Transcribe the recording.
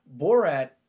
Borat